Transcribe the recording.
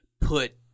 put